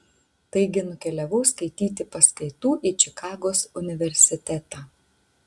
taigi nukeliavau skaityti paskaitų į čikagos universitetą